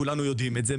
כולנו יודעים את זה,